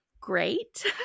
great